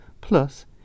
plus